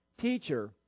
Teacher